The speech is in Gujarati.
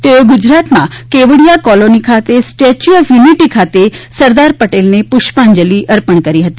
તેઓએ ગુજરાતમાં કેવડિયા કોલોની ખાતે સ્ટેચ્યુ ઓફ યુનિટી ખાતે સરદાર પટેલનેપુષ્પાંજલી કરી હતી